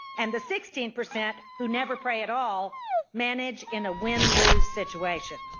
and the sixteen percent who never pray at all manage in a win-lose situation